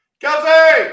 Kelsey